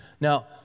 Now